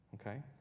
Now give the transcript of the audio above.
Okay